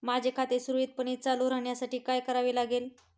माझे खाते सुरळीतपणे चालू राहण्यासाठी काय करावे लागेल?